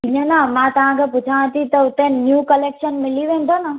इअं न मां तव्हां खां पुछा थी त उते न्यू कलेक्शन मिली वेंदो न